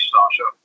Sasha